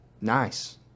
nice